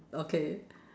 okay